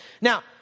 now